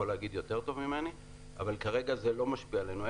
לומר טוב ממני אבל כרגע זה לא משפיע עלינו.